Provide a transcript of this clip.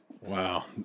Wow